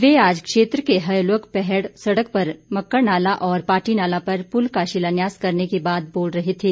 वे आज क्षेत्र के हयोलग पैहड़ सड़क पर मकड़नाला और पाटीनाला पर पुल का शिलान्यास करने के बाद बोल रहे थे